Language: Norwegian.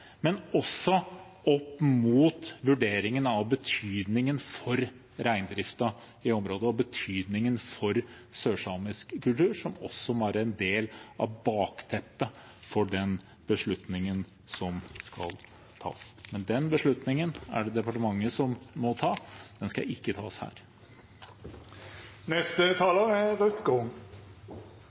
men at også vurderingen av betydningen for reindrifta i området og betydningen for sørsamisk kultur må være en del av bakteppet for den beslutningen som skal tas. Men den beslutningen er det departementet som må ta. Den skal ikke tas